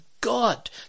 God